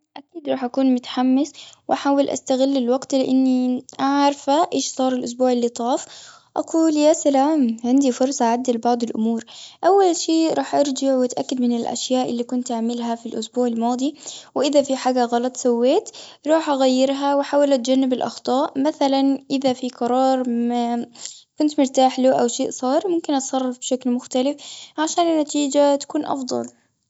اه أكيد راح أكون متحمس، وأحاول استغل الوقت، لأني عارفة ايش صار الأسبوع اللي طاف. أقول يا سلام، عندي فرصة أعدل بعض الأمور. أول شيء راح ارجع، واتأكد من الأشياء اللي كنت اعملها في الأسبوع الماضي. وإذا في حاجة غلط سويت، راح أغيرها، وأحاول اتجنب الأخطاء. مثلا إذا في قرار ما كنت مرتاح له، أو شيء صار، ممكن اتصرف بشكل مختلف، عشان النتيجة تكون أفضل.